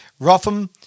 Rotham